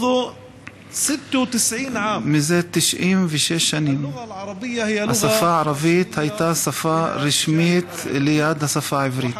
96 שנים השפה הערבית הייתה שפה רשמית ליד השפה העברית,